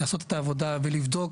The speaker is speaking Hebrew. לעשות את העבודה, ולבדוק